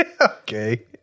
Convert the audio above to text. Okay